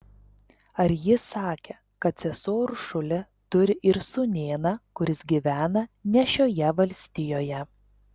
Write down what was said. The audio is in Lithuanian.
ar ji sakė kad sesuo uršulė turi ir sūnėną kuris gyvena ne šioje valstijoje